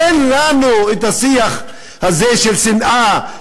אין לנו השיח הזה של שנאה,